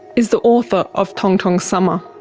is the author of tongtong's summer.